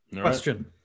Question